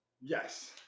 yes